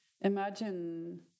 imagine